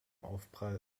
aufprall